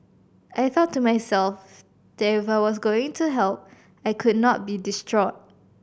I thought to myself that if I was going to help I could not be distraught